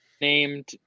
named